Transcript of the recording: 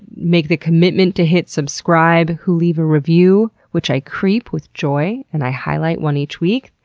make the commitment to hit subscribe, who leave a review, which i creep with joy and i highlight one each week.